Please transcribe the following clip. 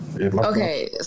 Okay